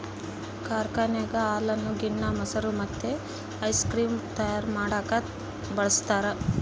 ಕಾರ್ಖಾನೆಗ ಹಾಲನ್ನು ಗಿಣ್ಣ, ಮೊಸರು ಮತ್ತೆ ಐಸ್ ಕ್ರೀಮ್ ತಯಾರ ಮಾಡಕ ಬಳಸ್ತಾರ